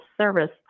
service